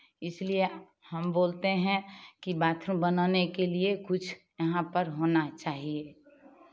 इसलिए हम बोलते हैं कि बाथरूम बनाने के लिए कुछ यहाँ पर होना चाहिए